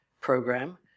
program